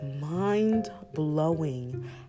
mind-blowing